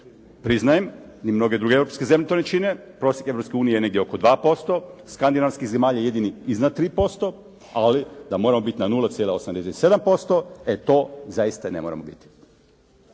Priznajem ni mnoge druge europske zemlje to ne čine. Prosjek Europske unije je negdje oko 2%, skandinavskih zemalja jedini iznad 3%, ali da moramo biti na 0,87% e to zaista ne moramo biti.